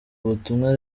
butumwa